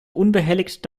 unbehelligt